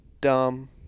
dumb